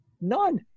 None